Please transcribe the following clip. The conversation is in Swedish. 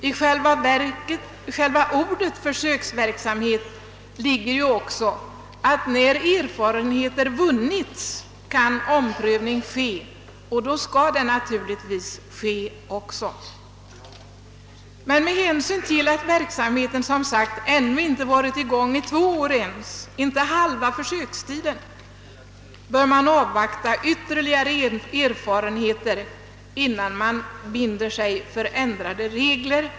I själva ordet försöksverksamhet ligger också att när erfarenheter vunnits kan omprövning ske, och då skall den naturligtvis också ske. Men med hänsyn till att verksamheten, som sagt, ännu inte varit i gång ens under två år — inte halva försökstiden — bör man avvakta ytterligare erfarenheter innan man binder sig för ändrade regler.